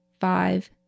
five